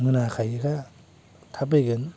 मोनाखायो खा थाब फैगोन